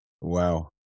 Wow